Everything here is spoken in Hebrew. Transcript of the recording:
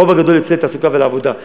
הרוב הגדול יוצא לתעסוקה ולעבודה.